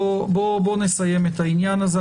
בואו נסיים את העניין הזה.